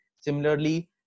similarly